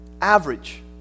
average